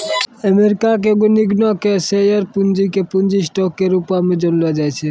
America मे एगो निगमो के शेयर पूंजी के पूंजी स्टॉक के रूपो मे जानलो जाय छै